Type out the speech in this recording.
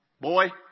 Boy